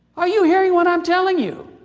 are you hearing what i'm telling you?